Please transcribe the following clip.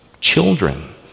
children